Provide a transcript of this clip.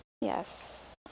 Yes